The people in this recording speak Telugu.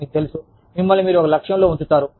మీకు తెలుసు మిమ్మల్ని మీరు ఒకలక్ష్యంలో ఉంచుతారు